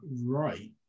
right